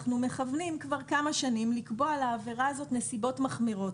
אנחנו מכוונים כבר כמה שנים לקבוע על העבירה הזאת נסיבות מחמירות.